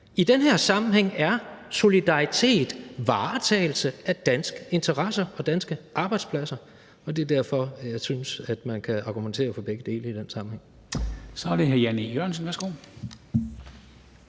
I den her sammenhæng er solidaritet varetagelse af danske interesser og danske arbejdspladser, og det er derfor, jeg synes, at man kan argumentere for begge dele i den sammenhæng. Kl. 13:42 Formanden